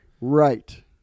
right